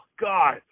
God